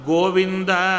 Govinda